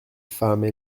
femmes